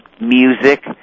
music